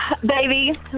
Baby